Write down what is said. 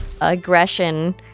aggression